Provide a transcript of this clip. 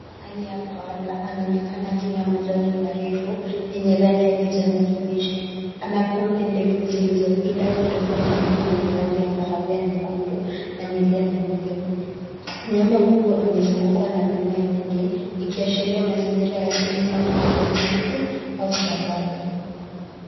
Mnyama aina ya Pala anaonekana akila majani marefu yenye rangi ya kijani kibichi. Ana pembe ndefu zilizopinda kidogo na mwili wenye rangi ya kahawia nyekundu na milia meupe. Mnyama huyu amezungukwa na mimea mingi, ikiasihiria mazingira ya asili kama vile msitu au savana.